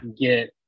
Get